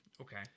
Okay